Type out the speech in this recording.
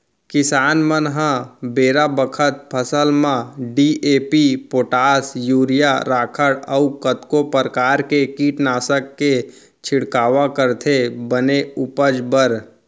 किसान मन ह बेरा बखत फसल म डी.ए.पी, पोटास, यूरिया, राखड़ अउ कतको परकार के कीटनासक के छिड़काव करथे बने उपज बर